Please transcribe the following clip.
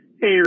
Hey